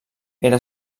era